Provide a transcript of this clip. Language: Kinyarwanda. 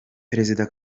perezida